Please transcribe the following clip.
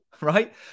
right